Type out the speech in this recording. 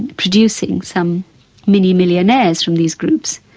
producing some mini millionaires from these groups,